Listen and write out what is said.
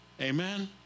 Amen